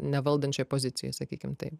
nevaldančioj pozicijoj sakykim taip